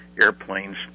airplanes